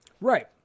Right